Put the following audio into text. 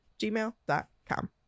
gmail.com